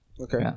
Okay